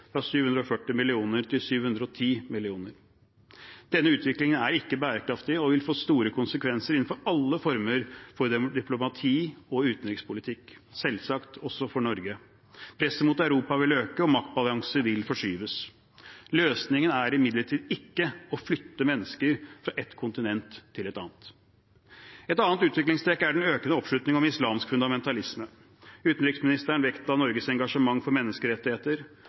fra 740 millioner til 710 millioner. Denne utviklingen er ikke bærekraftig og vil få store konsekvenser innenfor alle former for diplomati og utenrikspolitikk, selvsagt også for Norge. Presset mot Europa vil øke, og maktbalanser vil forskyves. Løsningen er imidlertid ikke å flytte mennesker fra ett kontinent til et annet. Et annet utviklingstrekk er den økende oppslutningen om islamsk fundamentalisme. Utenriksministeren vektla Norges engasjement for menneskerettigheter,